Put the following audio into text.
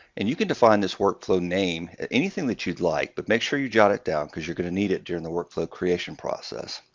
and you can define this workflow name anything that you'd like. but make sure you jot it down, because you're going to need it during the workflow creation process.